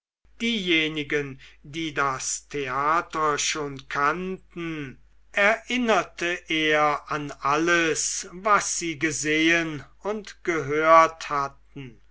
diejenigen die das theater schon kannten erinnerte er an alles was sie gesehen und gehört hatten